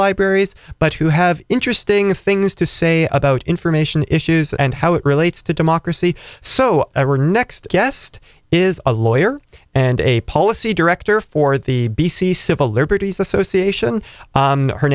libraries but who have interesting things to say about information issues and how it relates to democracy so we're next guest is a lawyer and a policy director for the b c civil liberties association